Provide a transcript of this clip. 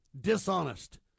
dishonest